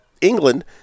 England